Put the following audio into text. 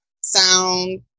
sound